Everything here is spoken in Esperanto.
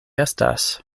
estas